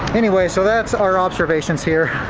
anyway so that's our observations here.